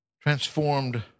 Transformed